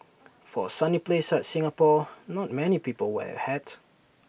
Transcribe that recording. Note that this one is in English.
for A sunny place like Singapore not many people wear A hat